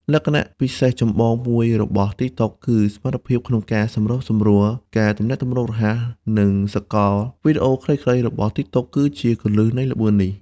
លក្ខណៈពិសេសចម្បងមួយរបស់ TikTok គឺសមត្ថភាពក្នុងការសម្របសម្រួល ការទំនាក់ទំនងរហ័ស និងសកល វីដេអូខ្លីៗរបស់ TikTok គឺជាគន្លឹះនៃល្បឿននេះ។